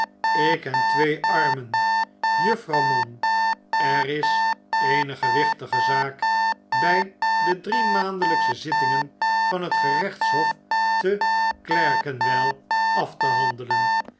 ik en twee armen juffrouw mann er is eene gewichtige zaak bij de drie maandelijksche zittingen van het gerechtshof te c e r k i n w e af te handelen